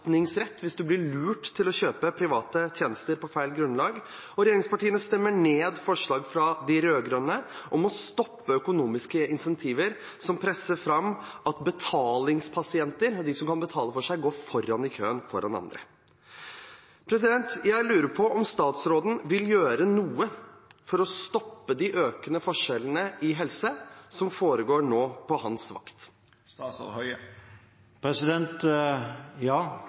kjøpe private tjenester på feil grunnlag, og regjeringspartiene stemmer ned forslag fra de rød-grønne om å stoppe økonomiske incentiver som presser fram at betalingspasienter, de som kan betale for seg, går foran i køen, foran andre. Jeg lurer på om statsråden vil gjøre noe for å stoppe de økende forskjellene innen helse som nå foregår på hans